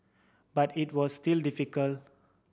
but it was still difficult